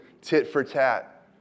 tit-for-tat